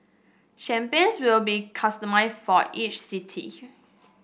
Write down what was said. champions will be customised for each city